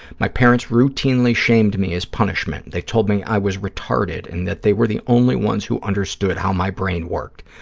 my parents routinely shamed me as punishment. they told me i was retarded and that they were the only ones who understood how my brain worked.